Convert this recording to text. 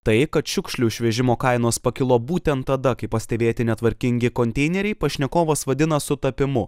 tai kad šiukšlių išvežimo kainos pakilo būtent tada kai pastebėti netvarkingi konteineriai pašnekovas vadina sutapimu